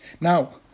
Now